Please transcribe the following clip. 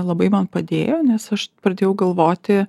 labai man padėjo nes aš pradėjau galvoti